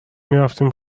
میرفتیم